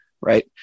right